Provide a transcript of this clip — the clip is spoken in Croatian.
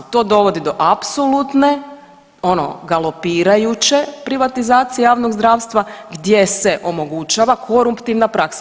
To dovodi do apsolutne ono galopirajuće privatizacije javnog zdravstva gdje se omogućava koruptivna praksa.